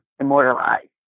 immortalized